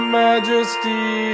majesty